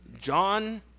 John